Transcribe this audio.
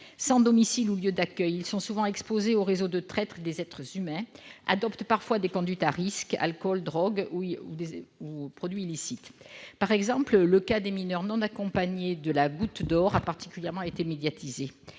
Sans domicile ou lieu d'accueil, ceux-ci sont souvent exposés aux réseaux de traite des êtres humains, adoptent parfois des conduites à risque : alcool, drogue ou produits illicites. Par exemple, le cas des mineurs non accompagnés de la Goutte d'Or a particulièrement été médiatisé.